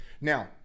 Now